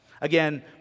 Again